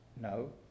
No